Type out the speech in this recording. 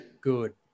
good